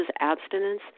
abstinence